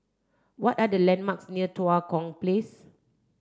what are the landmarks near Tua Kong Place